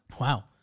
Wow